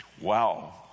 Wow